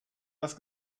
was